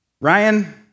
Ryan